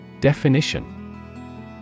Definition